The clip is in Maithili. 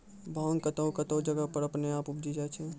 भांग कतौह कतौह जगह पर अपने आप उपजी जाय छै